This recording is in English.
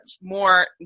more